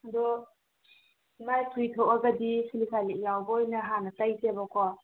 ꯑꯗꯣ ꯃꯥꯏ ꯐꯨꯔꯤ ꯊꯣꯛꯑꯒꯗꯤ ꯁꯤꯂꯤꯁꯥꯏꯅꯤꯛ ꯌꯥꯎꯕ ꯑꯣꯏꯅ ꯍꯥꯟꯅ ꯇꯩꯁꯦꯕꯀꯣ